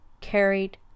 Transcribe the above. carried